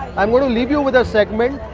i'm going to leave you with a segment.